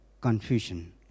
confusion